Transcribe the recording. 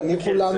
תניחו לנו.